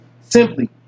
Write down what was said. simply